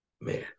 Man